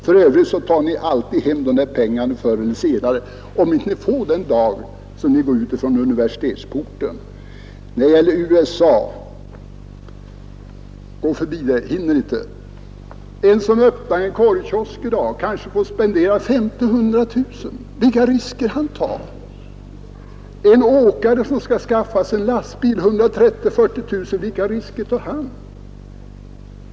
För övrigt tar ni alltid hem de där pengarna förr eller senare, om ni inte får dem den dag ni går ut genom universitetsporten. Jag går förbi resonemanget om USA — jag hinner inte ta upp det. En som öppnar en korvkiosk i dag och kanske får spendera 50 000-100 000 — vilka risker tar inte han! En åkare som skall skaffa sig en lastbil för 130 000-140 000 — vilka risker tar inte han!